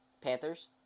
Panthers